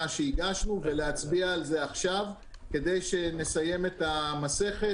שהגשנו ולהצביע על זה עכשיו כדי שנסיים את המסכת.